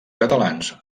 catalans